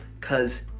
Cause